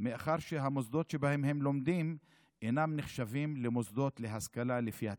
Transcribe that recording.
מאחר שהמוסדות שבהם הם לומדים אינם נחשבים למוסדות להשכלה לפי התקנות.